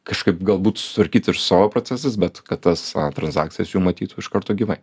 kažkaip galbūt sutvarkyti ir savo procesus bet kad tas transakcijas jų matytų iš karto gyvai